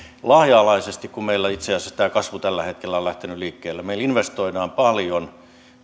laaja alaisesti kun meillä itse asiassa tämä kasvu tällä hetkellä on lähtenyt liikkeelle ja me investoimme paljon